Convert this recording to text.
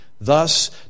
Thus